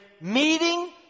meeting